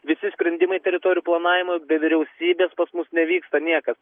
visi sprendimai teritorijų planavimo be vyriausybės pas mus nevyksta niekas